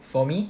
for me